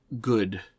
good